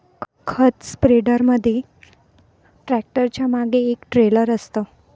खत स्प्रेडर मध्ये ट्रॅक्टरच्या मागे एक ट्रेलर असतं